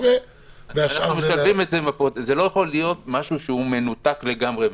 זה לא יכול להיות משהו שהוא מנותק לגמרי מהשוטף.